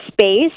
space